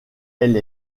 elle